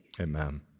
Amen